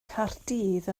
caerdydd